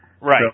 Right